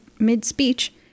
Mid-speech